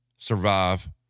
survive